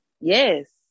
Yes